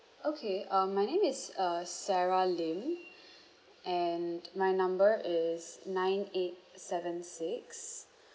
okay um my name is uh sarah lim and my number is nine eight seven six